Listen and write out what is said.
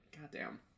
goddamn